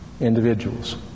individuals